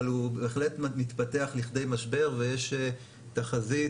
אבל הוא בהחלט מתפתח לכדי משבר ויש תחזית